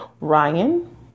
Ryan